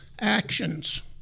actions